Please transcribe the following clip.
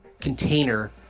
container